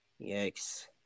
Yikes